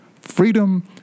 freedom